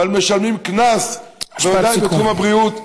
אבל משלמים קנס, בוודאי בתחום הבריאות.